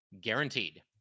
Guaranteed